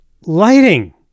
lighting